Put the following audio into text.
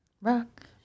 rock